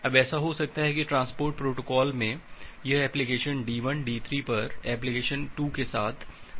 अब ऐसा हो सकता है कि एक ट्रांसपोर्ट प्रोटोकॉल में यह एप्लीकेशन D1 D3 पर एप्लीकेशन 2 के साथ संचार करना चाहता है